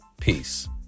peace